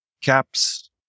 caps